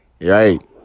right